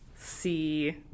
see